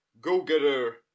go-getter